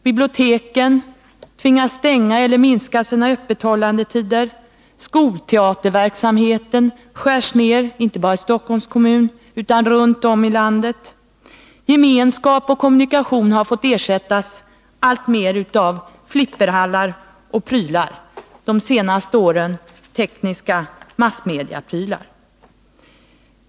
Biblioteken tvingas stänga eller minska sina öppethållandetider. Skolteaterverksamheten skärs ner, inte bara i Stockholms kommun utan runt om i landet. Gemenskap och kommunikation har alltmer fått ersättas av flipperhallar och prylar; de senaste åren är det tekniska massmediaprylar.